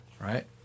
right